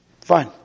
Fine